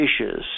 dishes